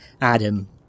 Adam